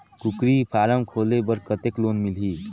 कूकरी फारम खोले बर कतेक लोन मिलही?